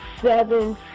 seven